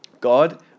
God